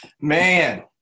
Man